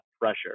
pressure